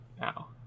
now